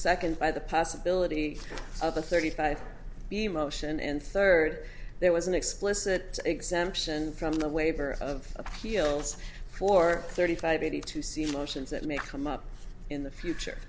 second by the possibility of a thirty five emotion and third there was an explicit exemption from the waiver of appeals for thirty five b to see motions that may come up in the future